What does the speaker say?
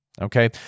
Okay